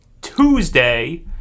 Tuesday